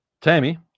Tammy